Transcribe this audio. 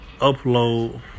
upload